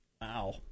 Wow